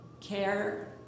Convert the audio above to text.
care